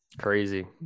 Crazy